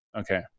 Okay